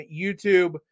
YouTube